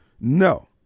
No